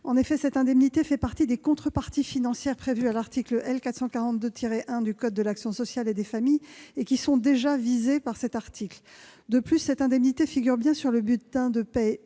En effet, cette indemnité fait partie des contreparties financières prévues à l'article L. 442-1 du code de l'action sociale et des familles, qui sont déjà visées par cet article. De plus, cette indemnité figure bien sur le bulletin de paie